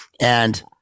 And-